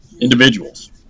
individuals